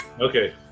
Okay